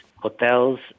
hotels